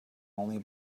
only